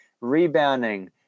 Rebounding